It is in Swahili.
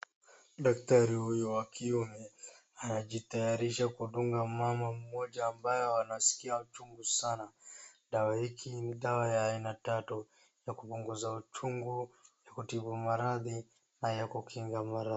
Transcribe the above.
Daktari huyo wa kiume anajitayarisha kudunga mama mmoja ambaye anasikia uchungu sana. Dawa hiki ni dawa ya aina tatu ya kupunguza uchungu, ya kutibu maradhi na ya kukinga.